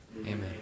Amen